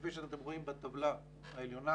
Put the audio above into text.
כפי שאתם רואים בטבלה העליונה